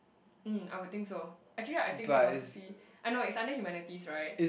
mm I would think so actually I think philosophy ah no it's under humanities right